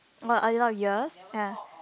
what a lot of years ya